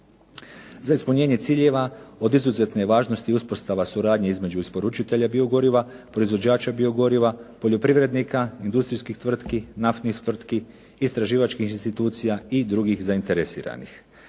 Za ispunjenje ciljeva od izuzetne je važnosti uspostava suradnje između isporučitelja biogoriva, proizvođača biogoriva, poljoprivrednika, industrijskih tvrtki, naftnih tvrtki, istraživačkih institucija i drugih zainteresiranih.